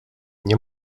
nie